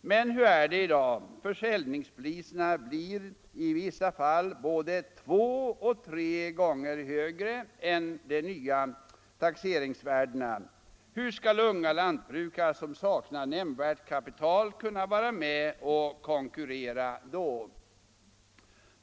Men hur är det i dag? Försäljningspriserna blir i vissa fall både två och tre gånger högre än de nya taxeringsvärdena. Hur skall unga lantbrukare som saknar nämnvärt kapital kunna vara med och konkurrera då?